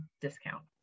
discount